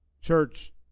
Church